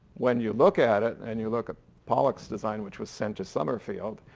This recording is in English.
when you look at it, and you look at pollock's design which was sent to summerfield,